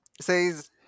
says